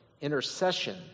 intercession